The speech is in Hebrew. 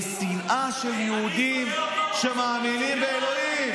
משנאה של יהודים שמאמינים באלוהים.